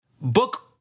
book